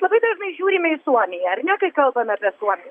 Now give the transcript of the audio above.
labai dažnai žiūrime į suomiją ar ne kai kalbam apie suomi